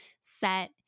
set